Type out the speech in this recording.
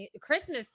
Christmas